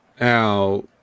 Now